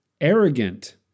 arrogant